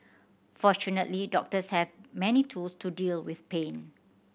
fortunately doctors have many tools to deal with pain